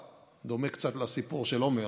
דומה קצת לסיפור של עמר,